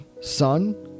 Son